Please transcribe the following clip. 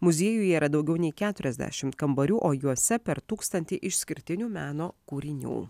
muziejuje yra daugiau nei keturiasdešim kambarių o juose per tūkstantį išskirtinių meno kūrinių